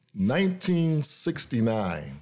1969